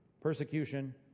Persecution